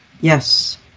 Yes